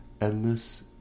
endless